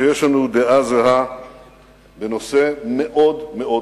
שיש לנו דעה זהה בנושא מאוד מאוד חשוב,